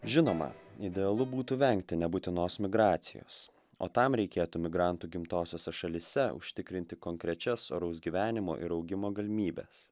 žinoma idealu būtų vengti nebūtinos migracijos o tam reikėtų migrantų gimtosiose šalyse užtikrinti konkrečias oraus gyvenimo ir augimo galimybes